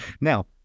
now